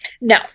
No